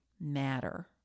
matter